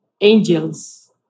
angels